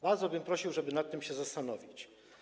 Bardzo bym prosił, żeby nad tym się zastanowić.